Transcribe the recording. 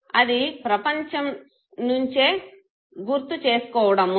అది ప్రపంచం నించే గుర్తు చేసుకోవడము